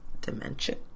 dimension